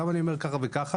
למה אני אומר "ככה וככה"?